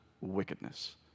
wickedness